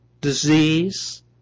disease